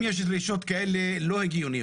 אם יש דרישות לא הגיוניות כאלה,